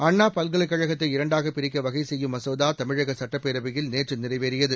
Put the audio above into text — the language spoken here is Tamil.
அண்ணா பல்கலைக் கழகத்தை இரண்டாக பிரிக்க வகைசெய்யும் மசோதா தமிழக சட்டப்பேரவையில் நேற்று நிறைவேறியது